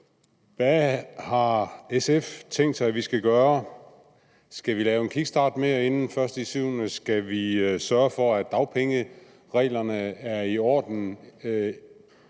Hvad har SF tænkt sig, at vi skal gøre? Skal vi lave en kickstart mere inden den 1.7.? Skal vi sørge for, at dagpengereglerne er i orden